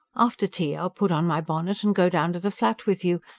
after tea i'll put on my bonnet and go down to the flat with you.